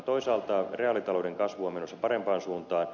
toisaalta reaalitalouden kasvu on menossa parempaan suuntaan